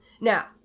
Now